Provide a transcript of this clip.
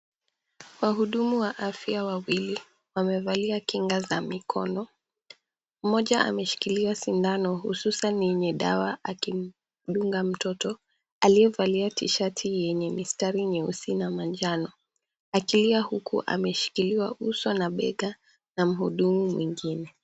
Wahudumu wa afya wawili wamevalia kinga za mikono. Mmoja ameshikilia sindano, hususan yenye dawa akimdunga mtoto aliyevalia tishati yenye mistari nyeusi na manjano. Akilia huku ameshikiliwa uso na bega na mhudumu mwingine.